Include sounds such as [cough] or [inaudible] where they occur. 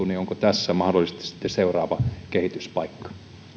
[unintelligible] niin onko tässä mahdollisesti sitten seuraava kehityspaikka